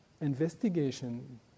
investigation